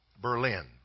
Berlin